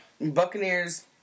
Buccaneers